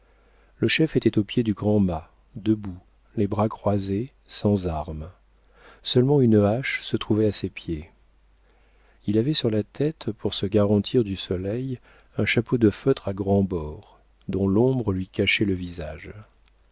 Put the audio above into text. le chef était au pied du grand mât debout les bras croisés sans armes seulement une hache se trouvait à ses pieds il avait sur la tête pour se garantir du soleil un chapeau de feutre à grands bords dont l'ombre lui cachait le visage